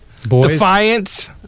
Defiance